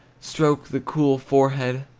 stroke the cool forehead,